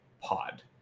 pod